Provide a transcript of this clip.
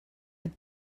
just